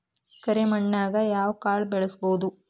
ಕರೆ ಮಣ್ಣನ್ಯಾಗ್ ಯಾವ ಕಾಳ ಬೆಳ್ಸಬೋದು?